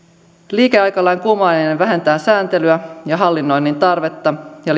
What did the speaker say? liikeaikalain kumoaminen vähentää sääntelyä ja hallinnoinnin tarvetta ja